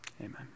amen